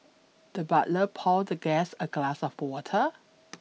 the butler poured the guest a glass of water